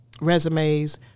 resumes